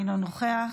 אינו נוכח,